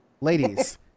Ladies